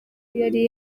yari